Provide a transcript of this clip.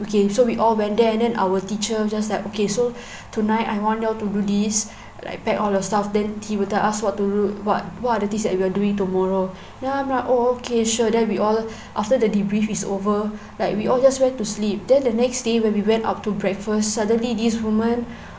okay so we all went there and then our teacher just like okay so tonight I want you all to do this like pack all your stuff then he will tell us what to route what what are the things that we are doing tomorrow ya I'm like oh okay sure then we all after the debrief is over like we all just went to sleep then the next day when we went up to breakfast suddenly this woman